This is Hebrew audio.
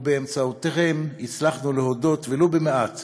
באמצעותכם הצלחנו להודות ולו במעט